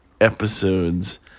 episodes